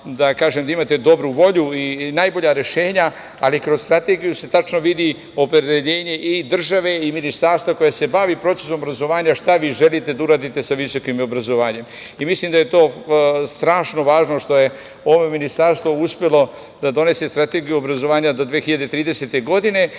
da imate dobru volju i najbolja rešenja, ali kroz strategiju se tačno vidi opredeljenje i države i ministarstva koje se bavi procesom obrazovanja, šta vi želite da uradite sa visokim obrazovanjem. Mislim da je to strašno važno što je ovo ministarstvo uspelo da donese Strategiju obrazovanja do 2030. godine,